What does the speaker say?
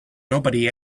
nobody